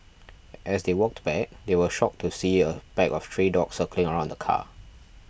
as they walked back they were shocked to see a pack of stray dogs circling around the car